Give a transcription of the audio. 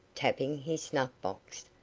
tapping his snuff-box,